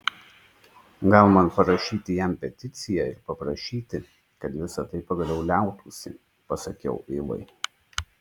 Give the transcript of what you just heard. gal man parašyti jam peticiją ir paprašyti kad visa tai pagaliau liautųsi pasakiau ivai